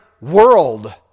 world